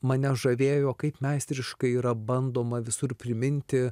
mane žavėjo kaip meistriškai yra bandoma visur priminti